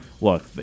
look